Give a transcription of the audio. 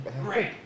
Great